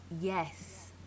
Yes